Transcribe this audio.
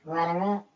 Runner-up